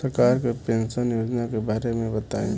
सरकार के पेंशन योजना के बारे में बताईं?